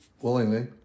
willingly